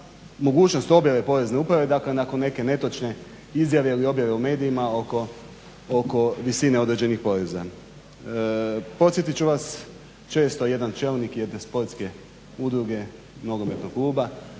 mogućnost objave Porezne uprave dakle nakon neke netočne izjave ili objave u medijima oko visine određenih poreza. Podsjetit ću vas, često jedan čelnik jedne sportske udruge nogometnog kluba,